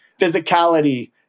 physicality